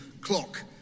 clock